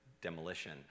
demolition